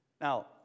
Now